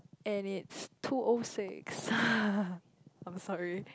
and is too old six I am sorry